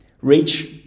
reach